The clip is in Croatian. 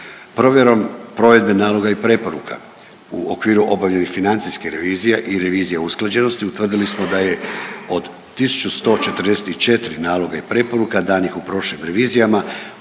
provjerom provedbe naloga i preporuka u okviru obavljenih financijskih revizija i revizija usklađenosti utvrdili smo da je od 1144 naloga i preporuka danih u prošlim revizijama u